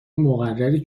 مقرری